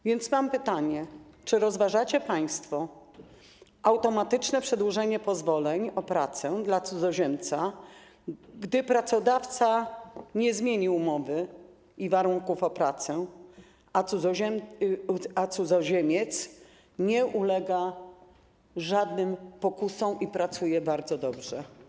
A więc mam pytanie: Czy rozważacie państwo automatyczne przedłużenie pozwolenia na pracę dla cudzoziemca, gdy pracodawca nie zmienił umowy o pracę i warunków, a cudzoziemiec nie ulega żadnym pokusom i pracuje bardzo dobrze?